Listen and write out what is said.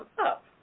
up